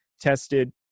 tested